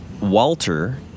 Walter